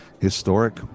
historic